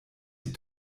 die